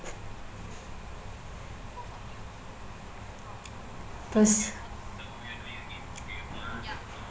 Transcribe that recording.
first